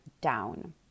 down